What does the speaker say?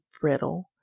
brittle